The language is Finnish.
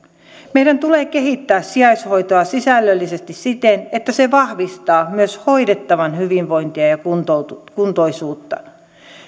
meidän tulee kehittää sijaishoitoa sisällöllisesti siten että se vahvistaa myös hoidettavan hyvinvointia ja ja kuntoisuutta